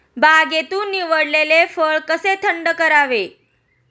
बागेतून निवडलेले फळ कसे थंड करावे?